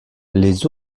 les